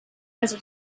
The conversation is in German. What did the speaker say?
also